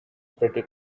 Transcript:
pretty